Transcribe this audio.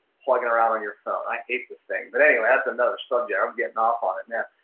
plugging around on your phone. i hate this thing. but anyway, that's another subject. i'm getting off on it now.